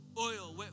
oil